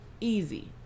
easy